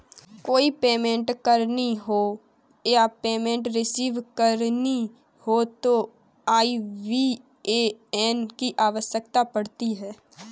कोई पेमेंट करनी हो या पेमेंट रिसीव करनी हो तो आई.बी.ए.एन की आवश्यकता पड़ती है